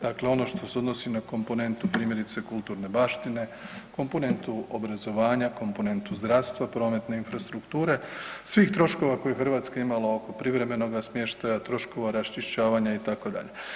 Dakle, ono što se odnosi na komponentu primjerice kulturne baštine, komponentu obrazovanja, komponentu zdravstva, prometne infrastrukture, svih troškova koje je Hrvatska imala oko privremenoga smještaja, troškova raščišćavanja itd.